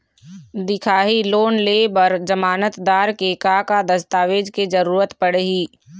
दिखाही लोन ले बर जमानतदार के का का दस्तावेज के जरूरत पड़ही?